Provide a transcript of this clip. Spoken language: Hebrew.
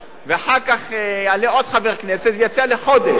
ואחר כך יעלה עוד חבר כנסת ויציע: לחודש.